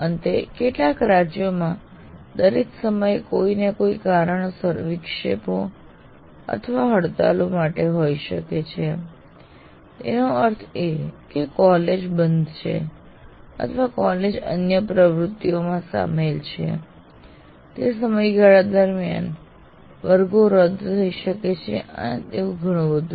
અંતે કેટલાક રાજ્યોમાં દરેક સમયે કોઈ ને કોઈ કારણસર વિક્ષેપો અથવા હડતાલ માટે હોઈ શકે છે તેનો અર્થ એ કે કોલેજ બંધ છે અથવા કોલેજ અન્ય પ્રવૃત્તિઓમાં સામેલ છે તે સમયગાળા દરમિયાન વર્ગો રદ થઈ શકે છે અને તેવું ઘણું બધું